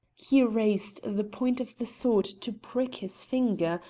he raised the point of the sword to prick his finger,